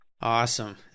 Awesome